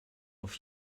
auf